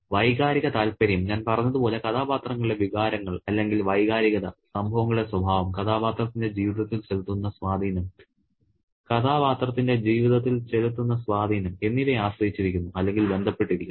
വൈകാരിക താൽപ്പര്യം ഞാൻ പറഞ്ഞതുപോലെ കഥാപാത്രങ്ങളുടെ വികാരങ്ങൾ അല്ലെങ്കിൽ വൈകാരികത സംഭവങ്ങളുടെ സ്വഭാവം കഥാപാത്രത്തിന്റെ ജീവിതത്തിൽ ചെലുത്തുന്ന സ്വാധീനം എന്നിവയെ ആശ്രയിച്ചിരിക്കുന്നു അല്ലെങ്കിൽ ബന്ധപ്പെട്ടിരിക്കുന്നു